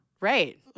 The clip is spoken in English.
Right